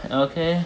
okay